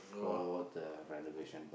for the renovation